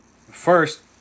First